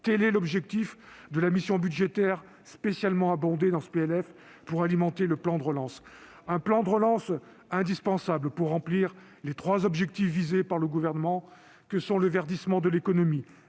Tel est l'objectif de la mission budgétaire spécialement abondée dans ce PLF pour alimenter le plan de relance. Ce dernier est indispensable pour atteindre les trois objectifs fixés par le Gouvernement, que sont le verdissement de l'économie,